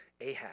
Ahaz